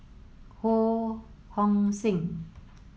Ho Hong Sing